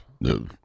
No